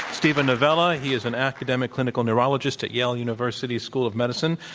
steven novella. he is an academic clinical neurologist at yale university school of medicine,